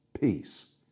peace